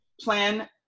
plan